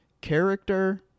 character